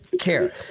care